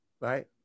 right